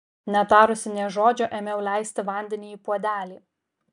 netarusi nė žodžio ėmiau leisti vandenį į puodelį